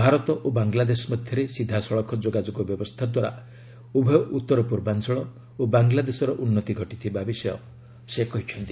ଭାରତ ଓ ବାଙ୍ଗଲାଦେଶ ମଧ୍ୟରେ ସିଧାସଳଖ ଯୋଗାଯୋଗ ବ୍ୟବସ୍ଥା ଦ୍ୱାରା ଉଭୟ ଉତ୍ତରପୂର୍ବାଞ୍ଚଳ ଓ ବାଙ୍ଗଲାଦେଶର ଉନ୍ନତି ଘଟିଥିବା ବିଷୟ ସେ କହିଚ୍ଛନ୍ତି